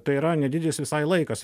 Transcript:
tai yra nedidelis visai laikas